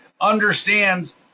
understands